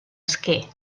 esquer